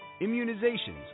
Immunizations